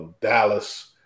Dallas –